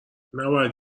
نباید